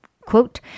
quote